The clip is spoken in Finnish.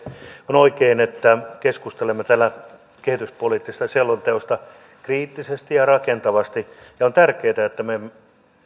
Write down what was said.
on oikein että keskustelemme täällä kehityspoliittisesta selonteosta kriittisesti ja rakentavasti ja on tärkeää että me